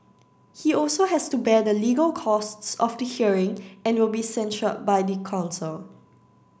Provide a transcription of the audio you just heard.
he also has to bear the legal costs of the hearing and will be censured by the council